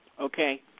Okay